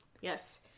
Yes